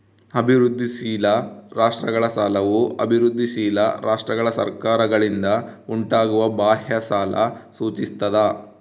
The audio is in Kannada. ಅಭಿವೃದ್ಧಿಶೀಲ ರಾಷ್ಟ್ರಗಳ ಸಾಲವು ಅಭಿವೃದ್ಧಿಶೀಲ ರಾಷ್ಟ್ರಗಳ ಸರ್ಕಾರಗಳಿಂದ ಉಂಟಾಗುವ ಬಾಹ್ಯ ಸಾಲ ಸೂಚಿಸ್ತದ